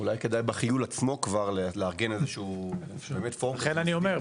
אולי כדאי בחיול עצמו כבר לארגן איזשהו --- לכן אני אומר,